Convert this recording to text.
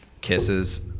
Kisses